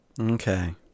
okay